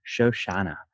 Shoshana